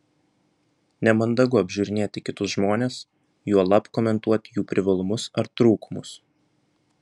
nemandagu apžiūrinėti kitus žmones juolab komentuoti jų privalumus ar trūkumus